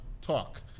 talk